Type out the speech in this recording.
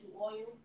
oil